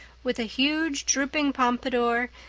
with a huge, drooping pompadour,